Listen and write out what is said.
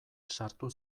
sartu